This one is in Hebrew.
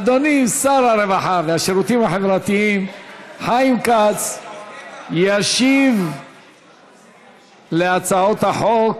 אדוני שר הרווחה והשירותים החברתיים חיים כץ ישיב להצעות החוק.